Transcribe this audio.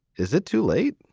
is it too late?